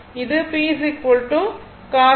இது p cos 2 1 2 sin 2